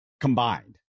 combined